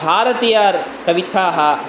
Bharathiyar कविथाः